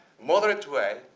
moderate way,